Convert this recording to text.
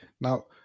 Now